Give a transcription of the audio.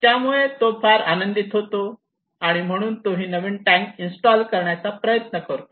त्यामुळे तो फार आनंदित होतो आणि म्हणून तो ही नवीन टँक इन्स्टॉल करण्याचा प्रयत्न करतो